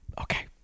Okay